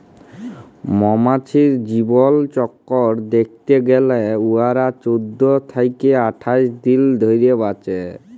মমাছির জীবলচক্কর দ্যাইখতে গ্যালে উয়ারা চোদ্দ থ্যাইকে আঠাশ দিল ধইরে বাঁচে